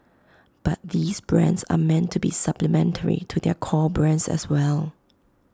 but these brands are meant to be supplementary to their core brands as well